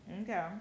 Okay